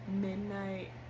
midnight